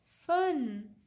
Fun